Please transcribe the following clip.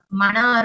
mana